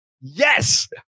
Yes